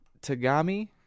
Tagami